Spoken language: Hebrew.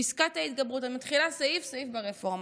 פסקת ההתגברות, אני מתחילה סעיף-סעיף ברפורמה,